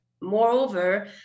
Moreover